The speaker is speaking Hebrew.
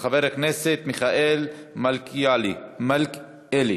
ההצעות לסדר-היום תועברנה לוועדת הפנים.